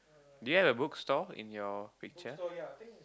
do you have a bookstore in your picture